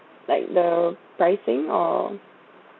like the pricing or